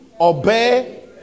obey